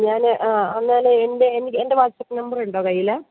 ഞാൻ ആ എന്നാലേ എൻ്റെ എൻ്റെ വാട്സാപ്പ് നമ്പറിണ്ടോ കയ്യിൽ